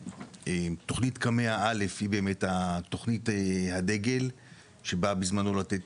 תוכנית קמ"ע א' היא באמת תוכנית הדגל שבאה בזמנו לתת